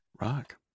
Rock